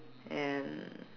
and